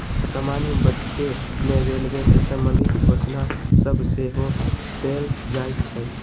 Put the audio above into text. समान्य बजटे में रेलवे से संबंधित घोषणा सभ सेहो कएल जाइ छइ